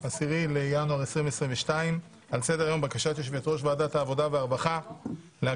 10 בינואר 2022. על סדר היום: בקשת יושבת-ראש ועדת העבודה והרווחה להקדמת